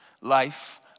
life